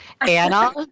Anna